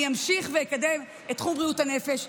אני אמשיך ואקדם את תחום בריאות הנפש,